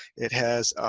it has a